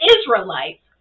Israelites